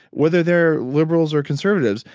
whether they're liberals or conservatives,